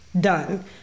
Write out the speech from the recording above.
done